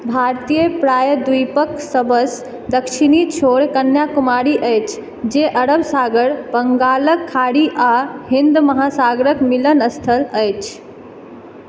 भारतीय प्रायद्वीपक सभसँ दक्षिणी छोर कन्याकुमारी अछि जे अरब सागर बङ्गालक खाड़ी आ हिन्द महासागरक मिलन स्थल अछि